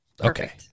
Okay